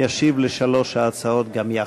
ישיב על שלוש ההצעות גם יחד.